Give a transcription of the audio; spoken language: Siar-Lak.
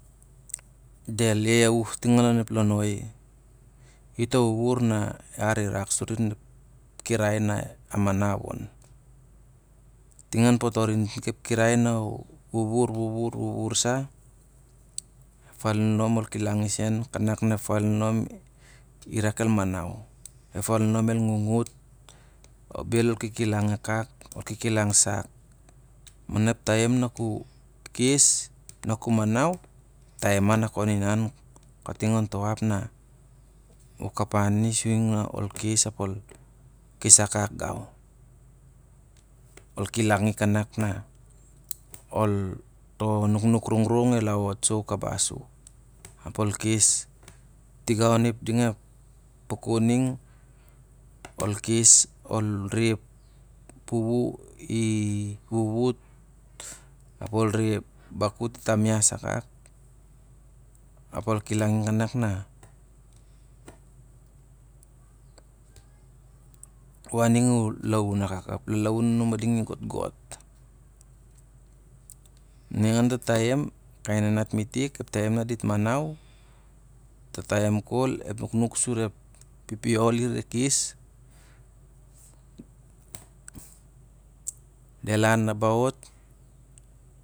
Ap del yayawub ting lon ep lon oi. Ho wuwur a rere rak sari onto kirai na manau on. Ting an potor itik ep kirai ac u wuwur, wuwur sa ef falian ol kilang isen kavak ef falinon i rak el manau. I ngungut ap bel ol kikilang aka, ol kikilang aka, ol kikilang sak maon ep taim na ku kes na ku manace, ep taiai ma kon iaan kating onto ap na u kayoa ni, ol kes ap olkes akak gau ol kilangi kanak na ol, to nuknuk rongrong el aut sou kabas u ol kes tingau odi ding a pukun ning, ol kes, ol re ep wuwu i wuwat ap ol re ep bakut i tam yas akak ap ol kilangi kanak u ading u lalaun akak ep lalaun anami ading i got got. Ningan to taiai, kai nanat metek ep taim na dit manau, fo faim kol ep naknak ep pipiol i rere kesak su del